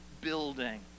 building